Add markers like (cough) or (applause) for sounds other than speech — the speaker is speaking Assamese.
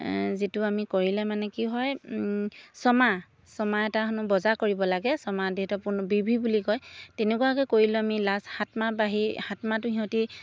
যিটো আমি কৰিলে মানে কি হয় ছমাহ ছমাহ এটা হেনো বজাৰ কৰিব লাগে ছমাহ (unintelligible) বি ভি বুলি কয় তেনেকুৱাকৈ কৰিলেও আমি লাষ্ট সাতমাহ বঢ়ি সাতমাহটো সিহঁতি